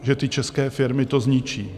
Že ty české firmy to zničí.